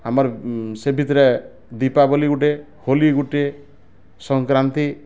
ଆମର୍ ସେ ଭିତରେ ଦୀପାବଲି ଗୁଟେ ହୋଲି ଗୁଟେ ସଂକ୍ରାନ୍ତି